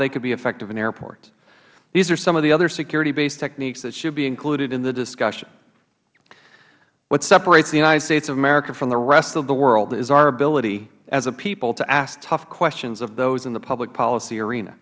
they could be effective in airports these are some of the other security based techniques that should be included in the discussion what separates the united states of america from the rest of the world is our ability as a people to ask tough questions of those in the public policy arena